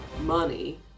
money